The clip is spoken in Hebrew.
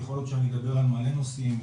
יכול שאני אדבר על מלא נושאים,